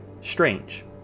strange